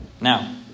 Now